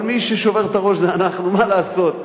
אבל מי ששובר את הראש זה אנחנו, מה לעשות.